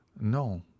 no